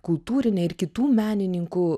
kultūrine ir kitų menininkų